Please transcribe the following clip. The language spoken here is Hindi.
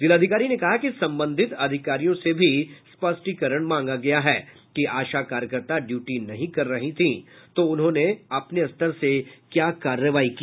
जिलाधिकारी ने कहा कि संबंधित अधिकारियों से भी स्पष्टीकरण मांगा गया है कि आशा कार्यकर्ता ड्यूटी नहीं कर रही थीं तो उन्होंने अपने स्तर से क्या कार्रवाई की